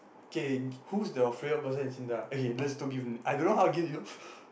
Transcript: K who's your favourite person in Sinda okay let's I don't know how to give you